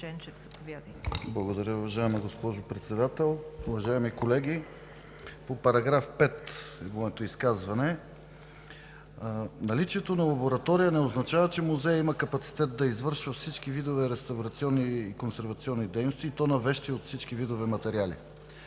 Благодаря, уважаема госпожо Председател. Уважаеми колеги, моето изказване е по § 5. Наличието на лаборатория не означава, че музеят има капацитет да извършва всички видове реставрационни и консервационни дейности, и то на вещи от всички видове материали.